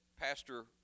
Pastor